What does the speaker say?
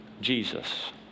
Jesus